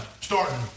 starting